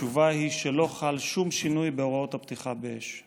התשובה היא שלא חל שום שינוי בהוראות הפתיחה באש.